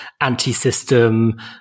anti-system